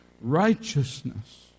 righteousness